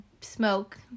smoke